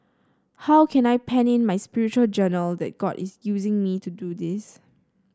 how can I pen in my spiritual journal that God is using me to do this